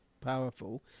powerful